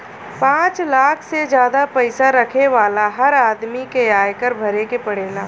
पांच लाख से जादा पईसा रखे वाला हर आदमी के आयकर भरे के पड़ेला